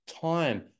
time